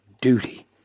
duty